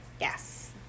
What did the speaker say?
Yes